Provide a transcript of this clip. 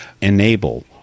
enable